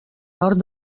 nord